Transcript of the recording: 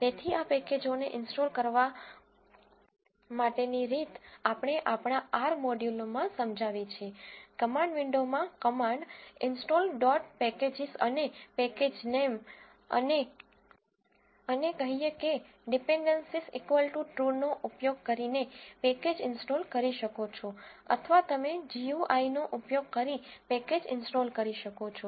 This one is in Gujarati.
તેથી આ પેકેજોને ઇન્સ્ટોલ કરવા માટે ની રીત આપણે આપણા R મોડ્યુલોમાં સમજાવી છે કમાન્ડ વિન્ડો માં કમાન્ડ ઇન્સ્ટોલ ડોટ પેકેજીસ અને પેકેજ નામ અને કહીએ કે dependencies true નો ઉપયોગ કરીને પેકેજ ઇન્સ્ટોલ કરી શકો છો અથવા તમે જીયુઆઈ નો ઉપયોગ કરી પેકેજ ઇન્સ્ટોલ કરી શકો છો